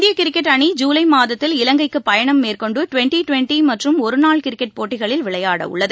இந்திய கிரிக்கெட் அணி ஜூலை மாதத்தில் இலங்கைக்கு பயணம் மேற்கொண்டு டுவெண்டி டுவெண்டி மற்றும் ஒரு நாள் கிரிக்கெட் போட்டிகளில் விளையாடவுள்ளது